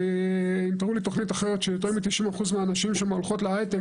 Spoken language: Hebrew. אם תראו לי תוכנית אחרת של יותר מ-90% מהנשים שם שהולכות להייטק,